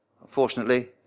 Unfortunately